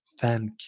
Thank